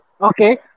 okay